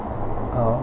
oh